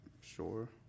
Sure